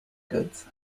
goods